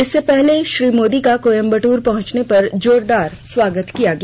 इससे पहले श्री मोदी का कोयम्बदूर पहुंचने पर जोरदार स्वागत किया गया